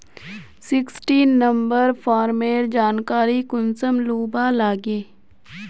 Sixteen number farmer जानकारी कुंसम लुबा लागे?